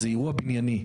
זה אירוע בנייני.